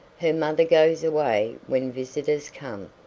her mother goes away when visitors come.